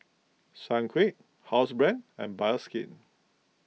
Sunquick Housebrand and Bioskin